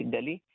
Delhi